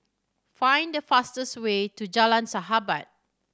find the fastest way to Jalan Sahabat